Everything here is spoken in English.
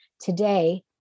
today